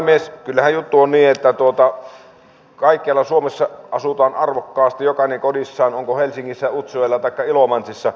kyllähän juttu on niin että kaikkialla suomessa asutaan arvokkaasti jokainen kodissaan on sitten helsingissä utsjoella taikka ilomantsissa